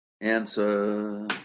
Answer